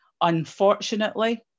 unfortunately